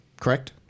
correct